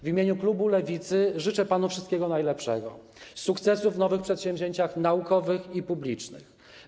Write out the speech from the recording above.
W imieniu klubu Lewicy życzę panu wszystkiego najlepszego, sukcesów w nowych przedsięwzięciach naukowych i publicznych.